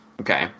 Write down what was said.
Okay